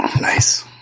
Nice